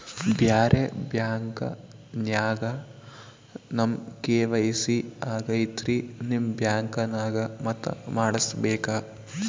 ಬ್ಯಾರೆ ಬ್ಯಾಂಕ ನ್ಯಾಗ ನಮ್ ಕೆ.ವೈ.ಸಿ ಆಗೈತ್ರಿ ನಿಮ್ ಬ್ಯಾಂಕನಾಗ ಮತ್ತ ಮಾಡಸ್ ಬೇಕ?